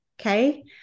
okay